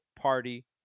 party